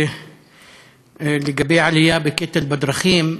לגבי העלייה בקטל בדרכים,